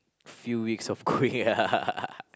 few weeks of going